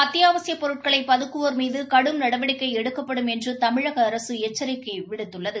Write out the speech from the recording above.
அத்தியாவசியப் பொருட்களை பதுக்குவோர் மீது கடும் நடவடிக்கை எடுக்கப்படும் என்று தமிழக அரசு ஏச்சரிக்கை விடுத்துள்ளது